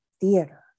theater